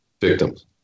victims